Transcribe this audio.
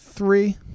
Three